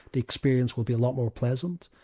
the experience will be a lot more pleasant,